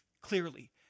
clearly